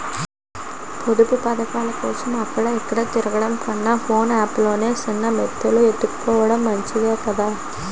పొదుపు పదకాలకోసం అక్కడ ఇక్కడా తిరగడం కన్నా పోస్ట్ ఆఫీసు లో సిన్న మొత్తాలు ఎత్తుకోడం మంచిదే కదా